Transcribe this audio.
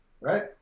right